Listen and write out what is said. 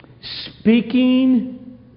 speaking